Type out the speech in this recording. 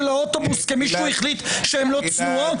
האוטובוס כי מישהו החליט שהן לא צנועות?